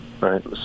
right